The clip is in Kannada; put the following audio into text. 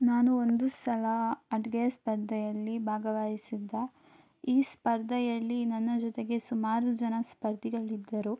ನಾನು ಒಂದು ಸಲ ಅಡುಗೆ ಸ್ಪರ್ಧೆಯಲ್ಲಿ ಭಾಗವಹ್ಸಿದ್ದೆ ಈ ಸ್ಪರ್ಧೆಯಲ್ಲಿ ನನ್ನ ಜೊತೆಗೆ ಸುಮಾರು ಜನ ಸ್ಪರ್ಧಿಗಳಿದ್ದರು